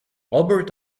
albert